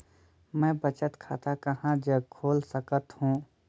मैं बचत खाता कहां जग खोल सकत हों?